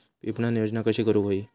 विपणन योजना कशी करुक होई?